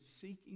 seeking